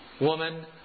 Woman